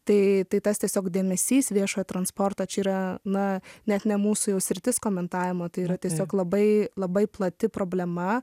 tai tai tas tiesiog dėmesys viešojo transporto čia yra na net ne mūsų jau sritis komentavimo tai yra tiesiog labai labai plati problema